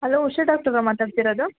hello Usha doctor ಮಾತಾಡ್ತಿರೋದು